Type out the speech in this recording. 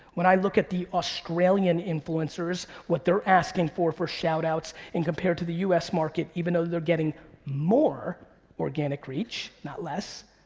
when i look at the australian influencers, what they're asking for for shout outs in compared to the u s. market, even though they're getting more organic reach, not less,